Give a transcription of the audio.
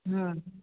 ହଁ